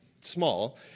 Small